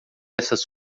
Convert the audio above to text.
essas